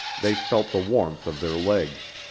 they felt the warmth of their legs.